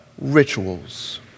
rituals